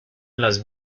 las